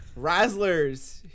Razzlers